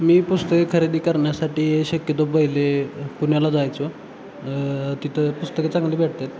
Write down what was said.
मी पुस्तके खरेदी करण्यासाठी शक्यतो पहिले पुण्याला जायचो तिथं पुस्तकं चांगली भेटतात